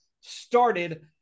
started